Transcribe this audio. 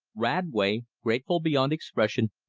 radway, grateful beyond expression,